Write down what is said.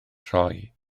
rhoi